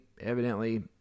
evidently